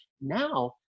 Now